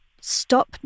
stop